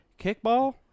kickball